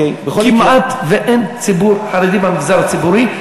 כמעט שאין ציבור חרדי במגזר הציבורי.